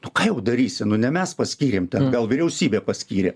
nu ką jau darysi nu ne mes paskyrėm ten gal vyriausybė paskyrė